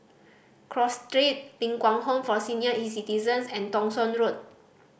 Cross Street Ling Kwang Home for Senior Citizens and Thong Soon Road